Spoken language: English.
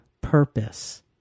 purpose